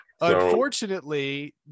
unfortunately